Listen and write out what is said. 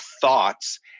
thoughts